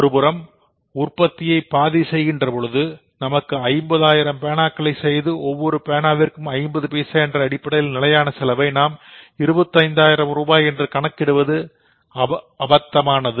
ஒருபுறம் நான் உற்பத்தியை பாதி செய்கின்ற பொழுது நமக்கு ஐம்பதாயிரம் பேனாக்களை செய்து ஒவ்வொரு பேனா விற்கும் ஐம்பது பைசா என்ற அடிப்படையில் நிலையான செலவை நாம் 25 ஆயிரம் ரூபாய் என்று கணக்கிடுவது அபத்தமானது